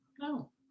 no